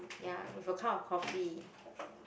ya with a cup of coffee